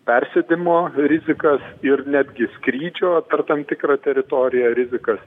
persėdimo rizikas ir netgi skrydžio per tam tikrą teritoriją rizikas